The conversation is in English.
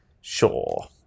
Sure